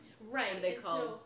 Right